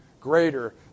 greater